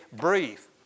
brief